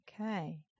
Okay